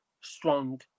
strong